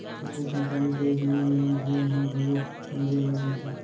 सब्बो कंपनी के ए बीमा नियम धियम ह घलौ अलगे अलग होथे